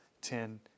Ten